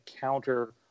counter